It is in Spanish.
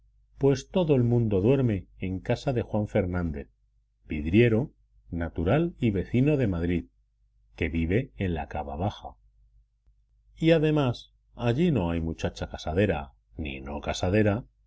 pues todo el mundo duerme en casa de juan fernández vidriero natural y vecino de madrid que vive en la cava baja y además allí no hay muchacha casadera ni no casadera